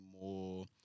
more